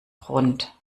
grund